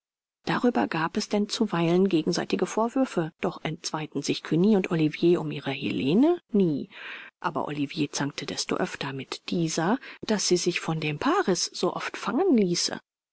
darüber gab es denn zuweilen gegenseitige vorwürfe doch entzweiten sich cugny und olivier um ihre helene nie aber olivier zankte desto öfter mit dieser daß sie sich von dem paris so oft fangen ließe